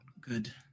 good